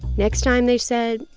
next time, they said,